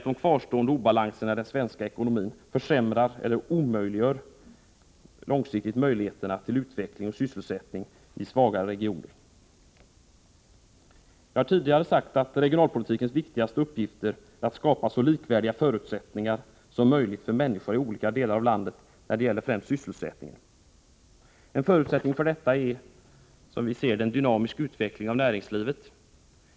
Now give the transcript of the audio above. De kvarstående obalanserna i den svenska ekonomin försämrar de långsiktiga möjligheterna till sysselsättning i svaga regioner. Jag har tidigare sagt att regionalpolitikens viktigaste uppgifter är att skapa så likvärdiga förutsättningar som möjligt för människor i olika delar av landet när det gäller främst sysselsättningen. En förutsättning för detta är, som vi ser det, en dynamisk utveckling av näringslivet.